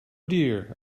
dear